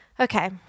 Okay